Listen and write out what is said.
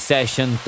Session